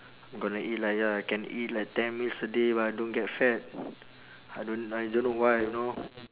gonna eat like ya can eat like ten meals a day but I don't get fat I don't I don't know why you know